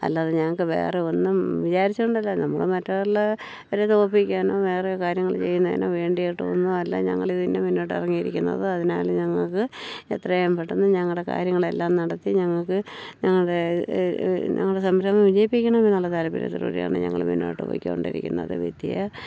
അല്ലാതെ ഞങ്ങൾക്ക് വേറെ ഒന്നും വിചാരിച്ചു കൊണ്ടല്ല നമ്മൾ മറ്റുള്ളവരെ തോൽപ്പിക്കാനോ വേറെ കാര്യങ്ങൾ ചെയ്യുന്നതിനോ വേണ്ടിയിട്ട് ഒന്നുമല്ല ഞങ്ങൾ ഇതിന് തന്നെ മുന്നോട്ട് ഇറങ്ങിയിരിക്കുന്നത് അതിനാൽ ഞങ്ങൾക്ക് എത്രയും പെട്ടെന്ന് ഞങ്ങളുടെ കാര്യങ്ങളെല്ലാം നടത്തി ഞങ്ങൾക്ക് ഞങ്ങളുടെ ഞങ്ങളുടെ സംരംഭം വിജയിപ്പിക്കണമെന്നുള്ള താല്പര്യത്തിലൂടെിയാണ് ഞങ്ങൾ മുന്നോട്ട് പോയിക്കൊണ്ടിരിക്കുന്നത്